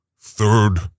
third